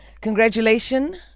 Congratulations